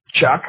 Chuck